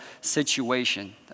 situation